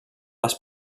les